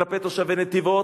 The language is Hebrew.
כלפי תושבי נתיבות,